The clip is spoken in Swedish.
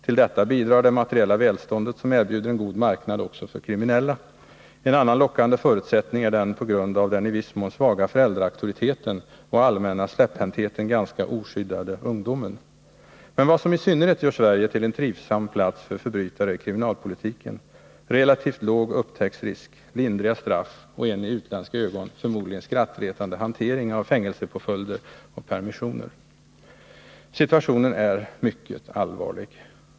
Till detta bidrar det materiella välståndet, som erbjuder en god marknad också för kriminella. En annan lockande förutsättning är den på grund av den i viss mån svaga föräldraauktoriteten och allmänna släpphäntheten ganska oskyddade ungdomen. Men vad som i synnerhet gör Sverige till en trivsam plats för förbrytare är kriminalpolitiken: relativt låg upptäcktsrisk, lindriga straff och en i utländska ögon förmodligen skrattretande hantering av fängelsepåföljder och permissioner. Situationen är mycket allvarlig.